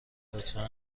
لطفا